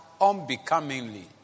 unbecomingly